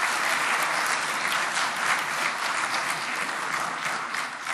(מחיאות כפיים)